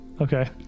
okay